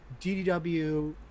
DDW